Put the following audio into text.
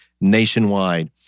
nationwide